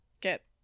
get